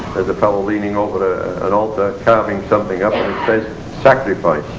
a fellow leaning over an alter cutting something up and it says sacrifice,